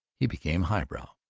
he became highbrow.